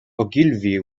ogilvy